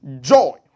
joy